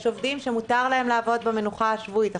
עובדים שמותר להם לעבוד במנוחה השבועית.